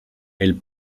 elle